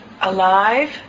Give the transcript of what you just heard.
alive